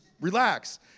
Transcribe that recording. relax